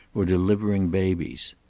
or delivering babies.